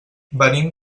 venim